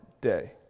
day